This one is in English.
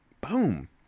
Boom